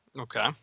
Okay